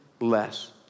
less